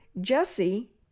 Jesse